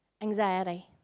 anxiety